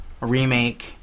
remake